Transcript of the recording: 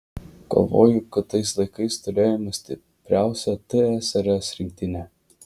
galvoju kad tais laikais turėjome stipriausią tsrs rinktinę